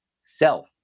self